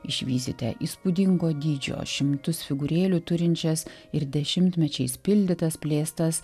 išvysite įspūdingo dydžio šimtus figūrėlių turinčias ir dešimtmečiais pildytas plėstas